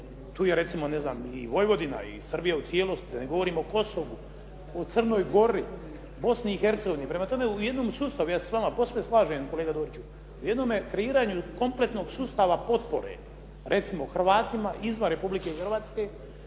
Tu je recimo, ne znam i Vojvodina i Srbija u cijelosti, da ne govorim o Kosovu, o Crnoj Gori, Bosni i Hercegovini. Prema tome, u jednom sustavu, ja se s vama posve slažem kolega Doriću, u jednome kreiranju kompletnog sustava potpore, recimo Hrvatima izvan Republike Hrvatske,